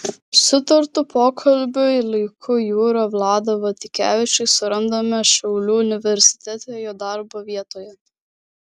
sutartu pokalbiui laiku jūrą vladą vaitkevičių surandame šiaulių universitete jo darbo vietoje